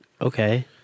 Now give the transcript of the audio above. Okay